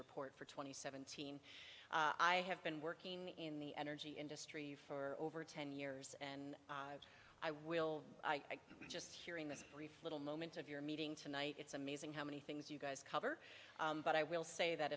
report for twenty seven team i have been working in the energy industry for over ten years and i will i just hearing this brief little moment of your meeting tonight it's amazing how many things you guys cover but i will say that